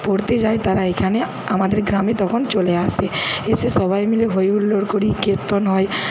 পড়তে যায় তারা এখানে আমাদের গ্রামে তখন চলে আসে এসে সবাই মিলে হৈ হুল্লোড় করি কেত্তন হয়